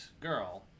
girl